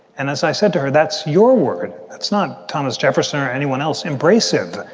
and as i said to her, that's your word. that's not thomas jefferson or anyone else. embrace it.